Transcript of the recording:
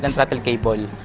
and throttle cable